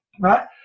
right